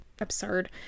absurd